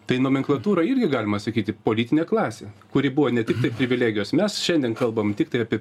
tai nomenklatūra irgi galima sakyti politinė klasė kuri buvo ne tiktai privilegijos mes šiandien kalbam tiktai apie